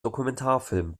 dokumentarfilm